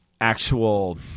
actual